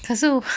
可是